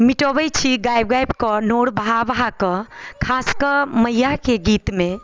मिटौबै छी गाबि गाबि कऽ आओर नोर बहा बहा कऽ खास कऽ मैयाके गीतमे